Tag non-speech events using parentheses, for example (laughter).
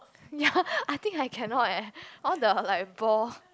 ya (laughs) I think I cannot eh all the like ball